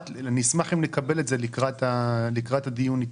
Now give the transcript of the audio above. אז נשמח אם נקבל את זה עוד לפני הדיון איתו.